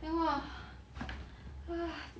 then !wah! !hais!